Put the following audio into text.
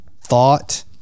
thought